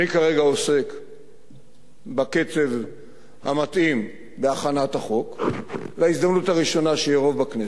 אני כרגע עוסק בקצב המתאים בהכנת החוק להזדמנות הראשונה שיבוא בכנסת.